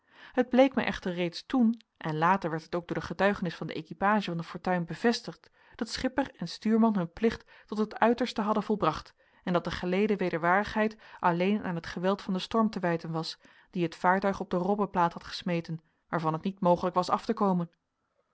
het bleek mij echter reeds toen en later werd het ook door de getuigenis van de equipage van de fortuin bevestigd dat schipper en stuurman hun plicht tot het uiterste hadden volbracht en dat de geleden wederwaardigheid alleen aan het geweld van den storm te wijten was die het vaartuig op de robbeplaat had gesmeten waarvan het niet mogelijk was af te komen